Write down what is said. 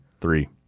Three